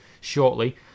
shortly